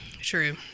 True